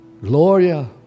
Gloria